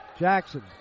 Jackson